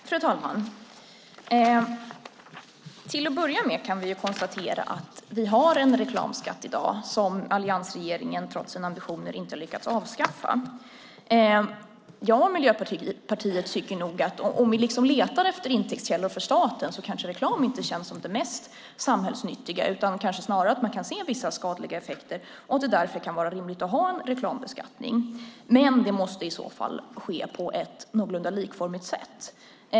Fru talman! Till att börja med kan vi konstatera att vi i dag har en reklamskatt som alliansregeringen trots sina ambitioner inte har lyckats avskaffa. Om vi letar efter intäktskällor för staten tycker jag och Miljöpartiet nog att reklam inte känns som det mest samhällsnyttiga. Snarare kan man se vissa skadliga effekter, och därför kan det vara rimligt att ha en reklambeskattning. Det måste dock i så fall ske på ett någorlunda likformigt sätt.